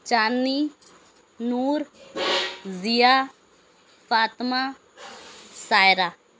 Chandni Noor Zia Fatima Saira